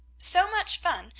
so much fun!